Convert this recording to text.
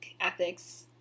ethics